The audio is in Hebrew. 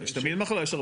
יש הרבה מחלוקות.